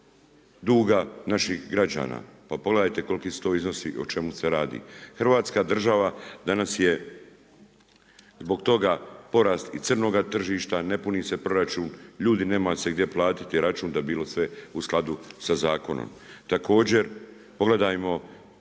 duga naših građana. Pa pogledajte koliki su to iznosi i o čemu se radi, Hrvatska država danas je zbog toga porast i crnoga tržišta, ne puni se proračun, ljudi nemaju se gdje platiti račun da bi bilo sve u skladu sa zakonom. Također pogledajmo,